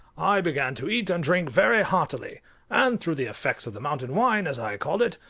i began to eat and drink very heartily and through the effects of the mountain wine, as i called it,